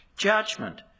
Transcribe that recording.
judgment